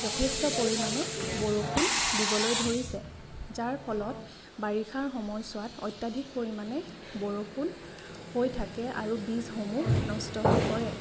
যথেষ্ট পৰিমাণে বৰষুণ দিবলৈ ধৰিছে যাৰ ফলত বাৰিষাৰ সময়ছোৱাত অত্যাধিক পৰিমাণে বৰষুণ হৈ থাকে আৰু বীজসমূহ নষ্ট হৈ পৰে